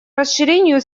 расширению